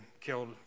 killed